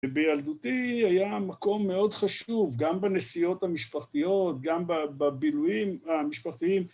בילדותי היה מקום מאוד חשוב, גם בנסיעות המשפחתיות, גם בבלויים המשפחתיים.